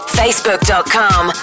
facebook.com